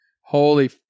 Holy